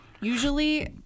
usually